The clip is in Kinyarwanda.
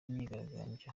myigaragambyo